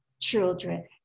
children